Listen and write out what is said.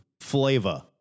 flavor